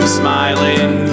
smiling